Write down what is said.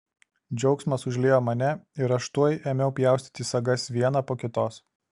džiaugsmas užliejo mane ir aš tuoj ėmiau pjaustyti sagas vieną po kitos